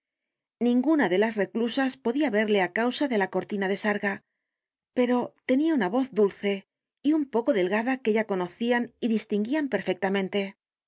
ninguna de las reclusas podia verle á causa de la cortina de sarga pero tenia una voz dulce y un poco delgada que ya conocian y distinguían perfectamente